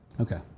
Okay